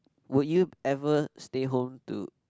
would you ever stay home to